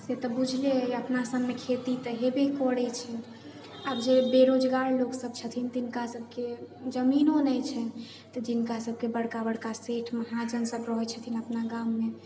से तऽ बुझले अइ अपना सबमे खेती तऽ हेबे करै छै आब जे बेरोजगार लोकसब छथिन तिनका सबके जमीनो नहि छनि तऽ जिनका सबके बड़का बड़का सेठ महाजन सब रहै छथिन अपना गाममे